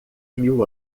mil